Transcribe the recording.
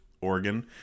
Oregon